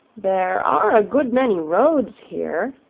there are a good many roads here,